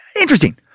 Interesting